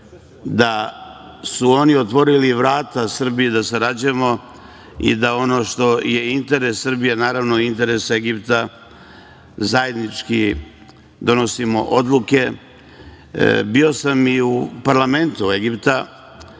da su oni otvorili vrata Srbiji da sarađujemo i da ono što je interes Srbije, naravno i interes Egipta, zajednički donosimo odluke. Bio sam i parlamentu Egipta